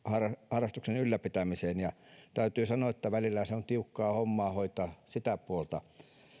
harrastuksen ylläpitämiseen ja täytyy sanoa että välillä se on tiukkaa hommaa hoitaa sitä puolta